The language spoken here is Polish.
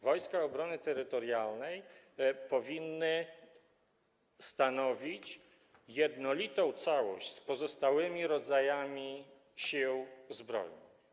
Wojska Obrony Terytorialnej powinny stanowić jednolitą całość z pozostałymi rodzajami Sił Zbrojnych.